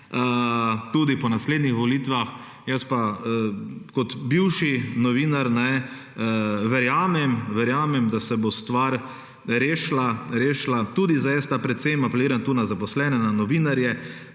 tudi po naslednjih volitvah, jaz pa kot bivši novinar verjamem, da se bo stvar rešila tudi za STA, predvsem apeliram tu na zaposlene, na novinarje,